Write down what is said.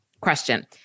question